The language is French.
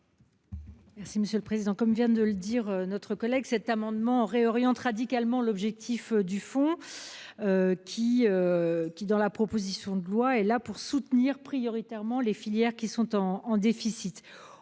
Merci, monsieur le Président, comme vient de le dire notre collègue cet amendement réoriente radicalement l'objectif du fond. Qui. Qui dans la proposition de loi est là pour soutenir prioritairement les filières qui sont en en déficit